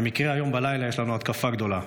במקרה, היום בלילה יש לנו התקפה גדולה.